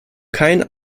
kein